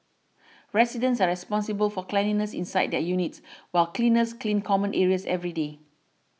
residents are responsible for cleanliness inside their units while cleaners clean common areas every day